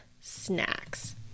snacks